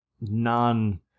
non